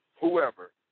whoever